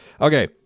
Okay